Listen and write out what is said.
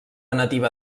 nativa